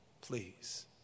please